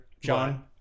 John